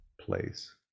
place